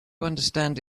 understand